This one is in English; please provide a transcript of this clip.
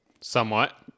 somewhat